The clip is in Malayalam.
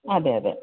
അതെയതെ